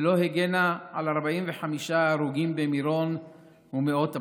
ולא הגנה על 45 ההרוגים במירון ומאות הפצועים.